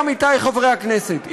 עמיתי חברי הכנסת,